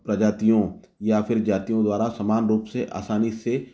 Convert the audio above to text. प्रजातियों या फिर जातियों द्वारा समान रूप से असानी से